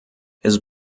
his